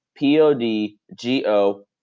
podgo